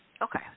Okay